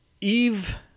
Eve